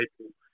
people